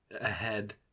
ahead